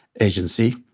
agency